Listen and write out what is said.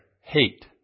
Hate